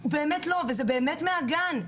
זה מתחיל מהגן,